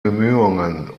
bemühungen